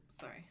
sorry